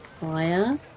fire